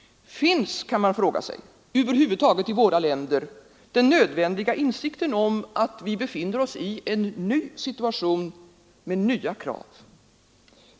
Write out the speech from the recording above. Finns, kan man fråga sig, över huvud taget i våra länder den nödvändiga insikten om att vi befinner oss i en ny situation med nya krav?